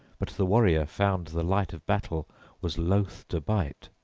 but the warrior found the light-of-battle was loath to bite,